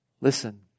Listen